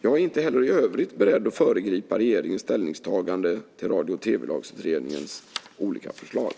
Jag är inte heller i övrigt beredd att föregripa regeringens ställningstagande till Radio och tv-lagsutredningens olika förslag.